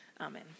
Amen